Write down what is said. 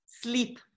Sleep